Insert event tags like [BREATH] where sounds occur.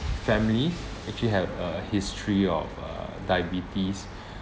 family actually had a history of uh diabetes [BREATH]